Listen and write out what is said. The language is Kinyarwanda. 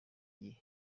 gihe